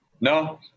No